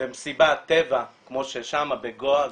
ומסיבת טבע כמו ששם בגואה,